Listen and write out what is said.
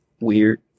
weird